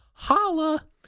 Holla